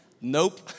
Nope